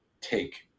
take